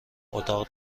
اتاق